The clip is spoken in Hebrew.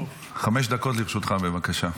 חמש דקות לרשותך, בבקשה.